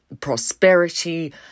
prosperity